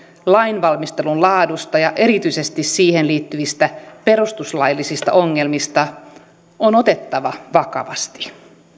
lainvalmistelun laadusta ja erityisesti siihen liittyvistä perustuslaillisista ongelmista on otettava vakavasti